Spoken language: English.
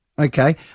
Okay